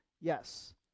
Yes